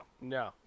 No